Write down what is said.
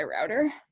router